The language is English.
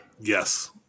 Yes